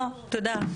לא, לא, תודה.